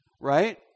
Right